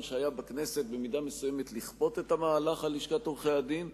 שהיה בכנסת במידה מסוימת לכפות את המהלך על לשכת עורכי-הדין,